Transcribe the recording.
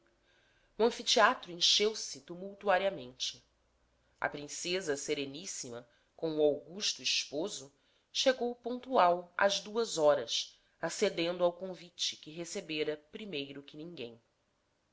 o anfiteatro encheu-se tumultuariamente a princesa sereníssima com o augusto esposo chegou pontual às duas horas acedendo ao convite que recebera primeiro que ninguém